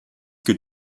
que